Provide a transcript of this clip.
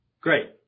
great